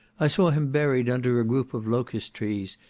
i saw him buried under a group of locust trees,